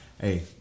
Hey